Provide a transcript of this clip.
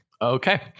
Okay